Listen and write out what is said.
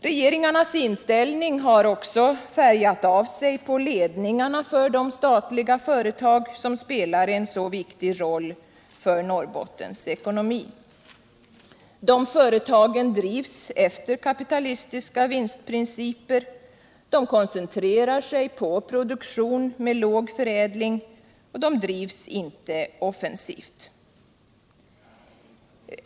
Regeringarnas inställning har också färgat av sig på ledningarna för de statliga företag, som spelar en så viktig roll för Norrbottens ekonomi. Dessa företag drivs efter kapitalistiska vinstprinciper. De koncentrerar sig på produktion med låg förädling, och de drivs inte offensivt.